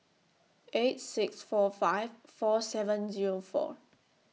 eight six four five four seven Zero four